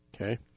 okay